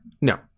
No